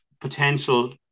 potential